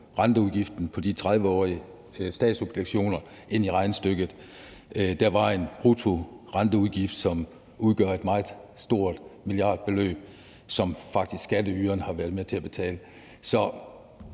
renteudgiften på de 30-årige statsobligationer i regnestykket. Der var en bruttorenteudgift, som udgør et meget stort milliardbeløb, som skatteyderne faktisk har været med til at betale.